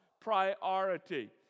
priority